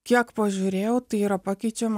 kiek pažiūrėjau tai yra pakeičiama